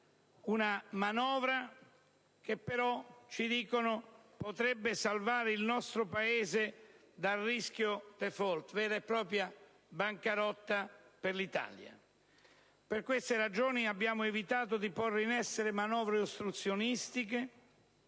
una manovra che però ci dicono potrebbe salvare il nostro Paese dal rischio *default*, vera e propria bancarotta per l'Italia. Per queste ragioni, abbiamo evitato di porre in essere manovre ostruzionistiche,